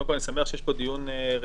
קודם כול, אני שמח שיש פה דיון רציני.